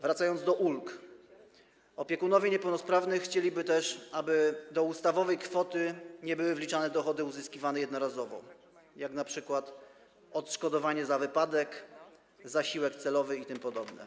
Wracając do ulg, powiem, że opiekunowie niepełnosprawnych chcieliby też, aby do ustawowej kwoty nie były wliczane dochody uzyskiwane jednorazowo, jak np. odszkodowanie za wypadek, zasiłek celowy itp.